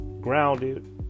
grounded